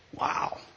Wow